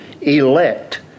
elect